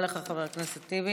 תודה רבה לך, חבר הכנסת טיבי.